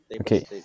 Okay